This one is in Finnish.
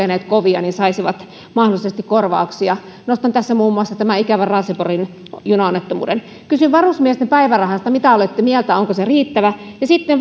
ovat kokeneet kovia saisivat mahdollisesti korvauksia nostan tässä muun muassa tämän ikävän raaseporin junaonnettomuuden kysyn varusmiesten päivärahasta mitä olette mieltä onko se riittävä ja sitten